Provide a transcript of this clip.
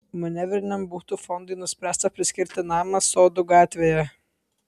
manevriniam butų fondui nuspręsta priskirti namą sodų gatvėje